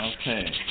Okay